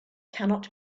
cannot